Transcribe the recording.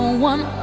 one